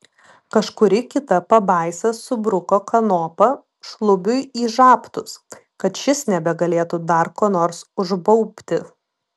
kažkuri kita pabaisa subruko kanopą šlubiui į žabtus kad šis nebegalėtų dar ko nors užbaubti